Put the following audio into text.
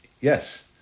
Yes